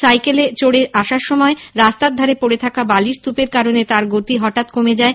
সাইকেলে চড়ে আসার সময় রাস্তার ধারে পড়ে থাকা বালির স্তুপের কারণে তার গতি হঠাৎ কমে যায়